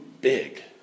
big